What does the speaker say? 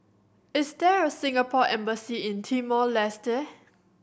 is there a Singapore Embassy in Timor Leste